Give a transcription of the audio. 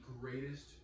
greatest